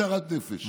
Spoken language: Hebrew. אני בסערת נפש.